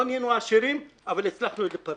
לא נהיינו עשירים, אבל הצלחנו להתפרנס.